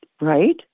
right